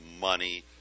money